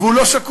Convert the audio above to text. והוא לא שקוף.